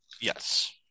Yes